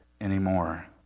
anymore